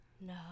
no